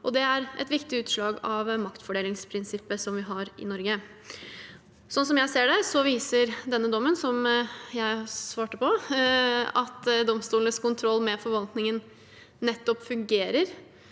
det er et viktig utslag av maktfordelingsprinsippet som vi har i Norge. Sånn jeg ser det, viser denne dommen – som jeg svarte – at domstolenes kontroll med forvaltningen nettopp fungerer,